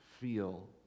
feel